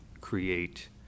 create